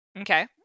Okay